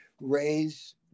raise